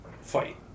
fight